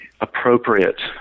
appropriate